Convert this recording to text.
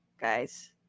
guys